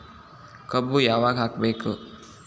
ಕಬ್ಬು ಯಾವಾಗ ಹಾಕಬೇಕು?